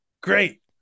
great